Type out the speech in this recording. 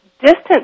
Distance